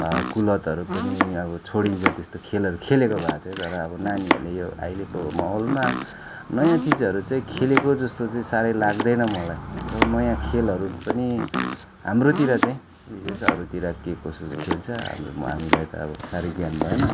कुलतहरू पनि अब छोडिन्छ अब त्यस्तो खेलहरू खेलेको भए चाहिँ तर अब नानीहरूले यो अहिलेको माहौलमा नयाँ चिजहरू चाहिँ खेलेको जस्तो चाहिँ साह्रै लाग्दैन मलाई अब नयाँ खेलहरू पनि हाम्रोतिर चाहिँ विशेष अरूतिर के कसो खेल्छ अब हामीलाई त अब साह्रै ज्ञान भएन